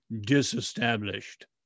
disestablished